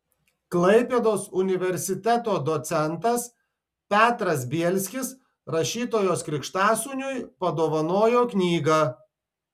klaipėdos universiteto docentas petras bielskis rašytojos krikštasūniui padovanojo knygą